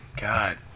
God